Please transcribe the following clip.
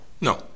No